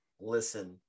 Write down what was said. listen